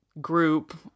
group